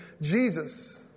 Jesus